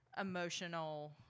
emotional